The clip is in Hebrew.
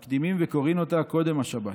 מקדימין וקוראין אותה קודם השבת,